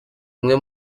umwe